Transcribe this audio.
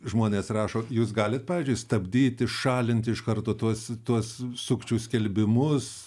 žmonės rašo jūs galit pavyzdžiui stabdyti šalinti iš karto tuos tuos sukčių skelbimus